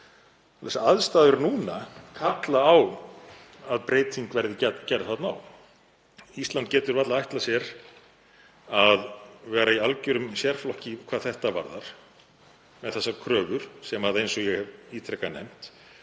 láni. Aðstæður núna kalla á að þarna verði gerð breyting á. Ísland getur varla ætlað sér að vera í algerum sérflokki hvað þetta varðar, með þessar kröfur sem, eins og ég hef ítrekað nefnt,